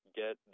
get